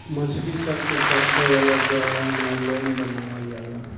मछली सन के पकड़े वाला जाल नायलॉन बनावल जाला